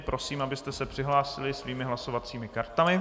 Prosím, abyste se přihlásili svými hlasovacími kartami.